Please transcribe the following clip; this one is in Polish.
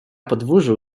podwórzu